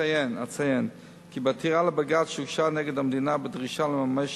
אציין כי בעתירה לבג"ץ שהוגשה נגד המדינה בדרישה לממש